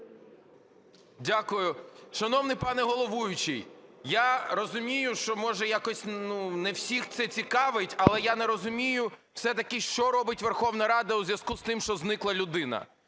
Дякую. Шановний пане головуючий, я розумію, що, може, якось не всіх це цікавить, але я не розумію все-таки, що робить Верховна Рада у зв'язку з тим, що зникла людина?